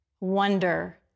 wonder